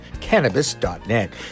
cannabis.net